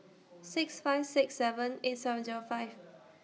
six five six seven eight seven Zero five